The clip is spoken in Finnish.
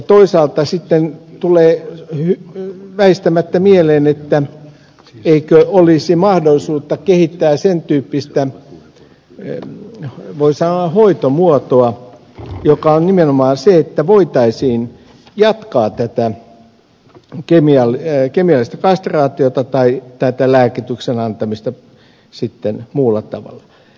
toisaalta sitten tulee väistämättä mieleen eikö olisi mahdollista kehittää sen tyyppistä voi sanoa hoitomuotoa joka olisi nimenomaan se että voitaisiin jatkaa tätä kemiallista kastraatiota tai tätä lääkityksen antamista sitten muulla tavalla